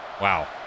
Wow